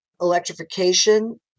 electrification